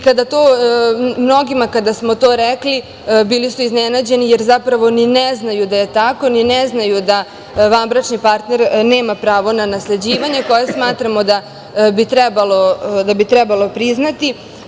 Kada smo to rekli, mnogi su bili iznenađeni, jer zapravo ni ne znaju da je tako, ni ne znaju da vanbračni partner nema pravo na nasleđivanje, koje smatramo da bi trebalo priznati.